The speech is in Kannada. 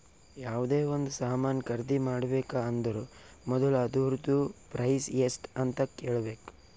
ಯಾವ್ದೇ ಒಂದ್ ಸಾಮಾನ್ ಖರ್ದಿ ಮಾಡ್ಬೇಕ ಅಂದುರ್ ಮೊದುಲ ಅದೂರ್ದು ಪ್ರೈಸ್ ಎಸ್ಟ್ ಅಂತ್ ಕೇಳಬೇಕ